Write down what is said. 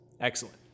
Excellent